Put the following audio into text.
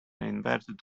inverted